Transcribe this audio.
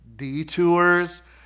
detours